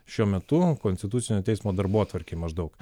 šiuo metu konstitucinio teismo darbotvarkėj maždaug